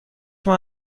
ماه